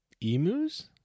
Emus